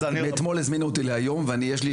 מאתמול הזמינו אותי להיום ואני יש לי